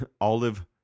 olive